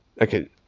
okay